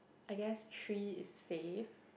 I guess three is safe